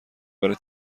برای